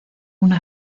una